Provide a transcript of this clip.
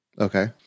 Okay